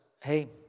hey